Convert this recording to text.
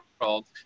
world